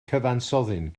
cyfansoddyn